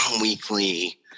weekly